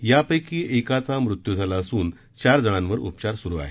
यापैकी एकाचा मृत्यू झाला असून चार जणांवर उपचार सुरु आहेत